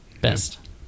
Best